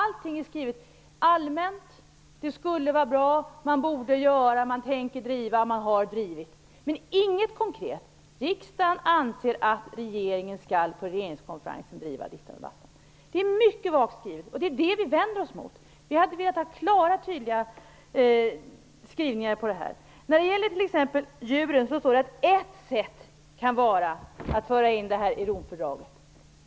Allting är allmänt skrivet - "det skulle vara bra", "man borde göra", "man tänker driva" och "man har drivit". Däremot finns inget konkret. Det står inte: Riksdagen anser att regeringen på regeringskonferensen skall driva den och den frågan. Det är mycket vagt skrivet, och det är det vi vänder oss mot. Vi hade velat ha klara, tydliga skrivningar. När det gäller t.ex. djuren står det i betänkandet att "ett sätt kan vara" att föra in djurskyddet i Romfördraget.